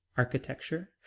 architecture,